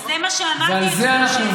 וזה מה שאמרתי לכם,